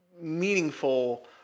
meaningful